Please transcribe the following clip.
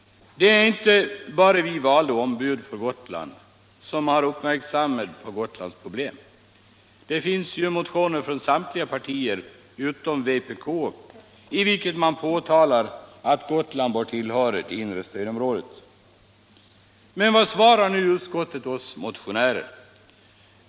Det är inte bara vi valda ombud för Gotland som har uppmärksammat Gotlands problem. Det finns ju motioner från samtliga partier utom vpk, i vilka man uttalar att Gotland bör tillhöra det inre stödområdet. Men vad svarar utskottet oss motionärer?